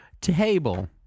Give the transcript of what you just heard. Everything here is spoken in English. table